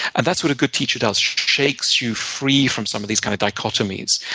and that's what a good teacher does, shakes you free from some of these kind of dichotomies.